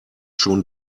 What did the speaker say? schon